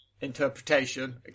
interpretation